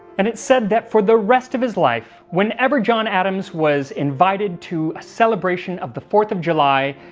and it's said that for the rest of his life whenever john adams was invited to a celebration of the fourth of july,